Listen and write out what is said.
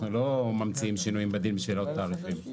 אנחנו לא ממציאים שינויי בדין בשבילך להעלות תעריפים.